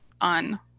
on